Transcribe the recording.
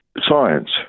science